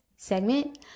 segment